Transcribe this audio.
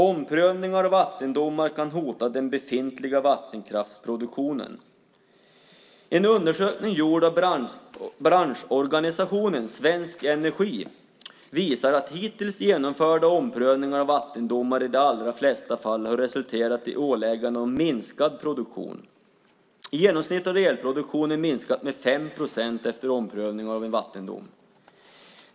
Omprövningar av vattendomar kan hota den befintliga vattenkraftsproduktionen. En undersökning gjord av branschorganisationen Svensk Energi visar att hittills genomförda omprövningar av vattendomar i de allra flesta fall har resulterat i åläggande om minskad produktion. I genomsnitt har elproduktionen minskat med 5 procent efter omprövningen av en vattendom.